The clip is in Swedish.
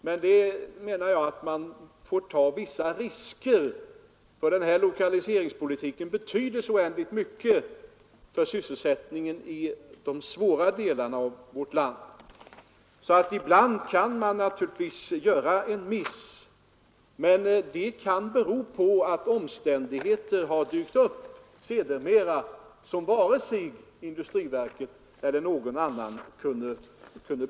Men man får ta vissa risker, för den här lokaliseringspolitiken betyder så oändligt mycket för sysselsättningen i de ”svåra” delarna av vårt land. Ibland kan man naturligtvis göra en miss, men det kan bero på att omständigheter har dykt upp som varken industriverket eller någon annan kunde förutse.